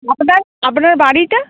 আপনার আপনার বাড়িটা